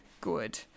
good